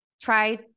try